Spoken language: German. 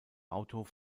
autor